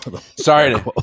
Sorry